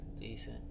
Decent